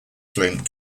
flint